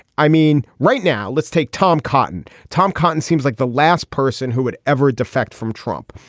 i mean right now let's take tom cotton. tom cotton seems like the last person who would ever defect from trump.